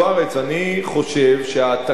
אני חושב שהעתקה,